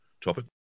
topic